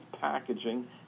packaging